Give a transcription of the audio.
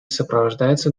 сопровождается